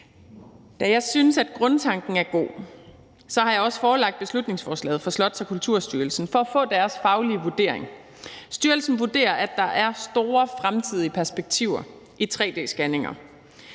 Da jeg synes, at grundtanken er god, har jeg også forelagt beslutningsforslaget for Slots- og Kulturstyrelsen for at få deres faglige vurdering. Styrelsen vurderer, at der er store fremtidige perspektiver i tre-d-scanninger.